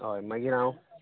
होय मागीर हांव